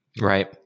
Right